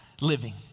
living